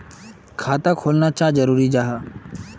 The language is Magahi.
खाता खोलना चाँ जरुरी जाहा?